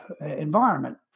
environment